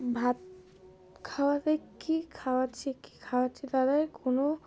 ভাত খাওয়াতে কী খাওয়াচ্ছছে কী খাওয়াচ্ছছে দাদাই কোনো